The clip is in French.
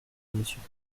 monsieur